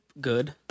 good